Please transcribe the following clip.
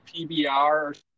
PBR